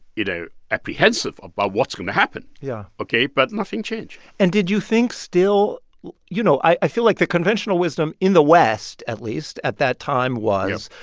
you know, apprehensive about what's going to happen. yeah. ok? but nothing change and did you think, still you know, i feel like the conventional wisdom in the west, at least, at that time was.